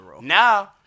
Now